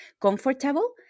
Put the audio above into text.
comfortable